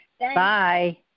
Bye